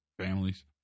families